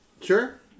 sure